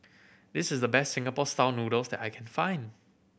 this is the best Singapore Style Noodles that I can find